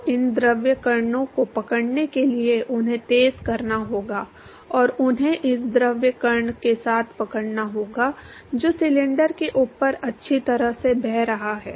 तो इन द्रव कणों को पकड़ने के लिए उन्हें तेज करना होगा और उन्हें इस द्रव कण के साथ पकड़ना होगा जो सिलेंडर के ऊपर अच्छी तरह से बह रहा है